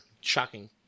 shocking